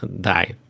die